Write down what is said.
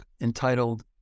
entitled